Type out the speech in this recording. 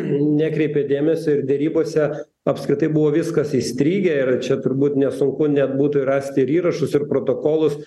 nekreipė dėmesio ir derybose apskritai buvo viskas įstrigę ir čia turbūt nesunku net būtų ir rasti ir įrašus ir protokolus